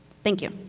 thank you.